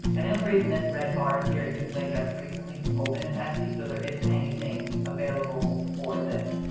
and and the only reason this red bar is here is because i just recently opened an etsy, so there isn't anything available for this.